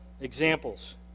examples